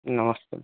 नमस्ते